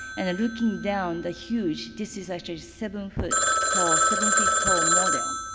and looking down the huge this is actually seven foot tall seven feet tall model.